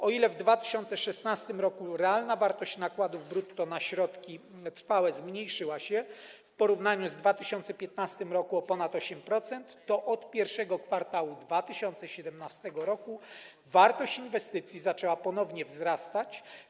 O ile w 2016 r. realna wartość nakładów brutto na środki trwałe zmniejszyła się w porównaniu z 2015 r. o ponad 8%, o tyle od I kwartału 2017 r. wartość inwestycji zaczęła ponownie wzrastać.